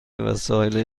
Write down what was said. وسایل